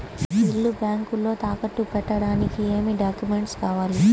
ఇల్లు బ్యాంకులో తాకట్టు పెట్టడానికి ఏమి డాక్యూమెంట్స్ కావాలి?